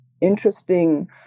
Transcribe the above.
interesting